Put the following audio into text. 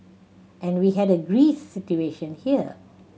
and we had a Greece situation here